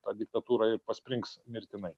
ta diktatūra ir pasprings mirtinai